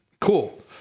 Cool